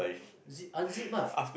zip unzip ah